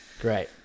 Great